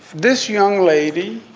this young lady,